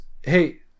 hey